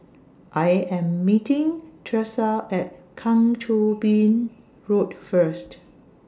I Am meeting Tresa At Kang Choo Bin Road First